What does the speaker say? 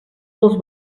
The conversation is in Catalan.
els